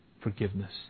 forgiveness